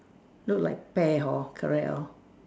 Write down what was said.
look like pear hor correct hor